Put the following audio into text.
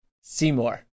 Seymour